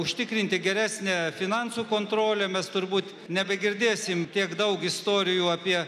užtikrinti geresnę finansų kontrolę mes turbūt nebegirdėsim tiek daug istorijų apie